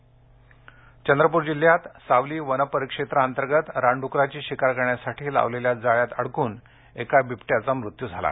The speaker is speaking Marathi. चंद्रपूर चंद्रपूर जिल्ह्यात सावली वनपरिक्षेत्राअंतर्गत रानडुक्कराची शिकार करण्यासाठी लावलेल्या जाळ्यात अडकून एका बिबट्याचा मृत्यू झाला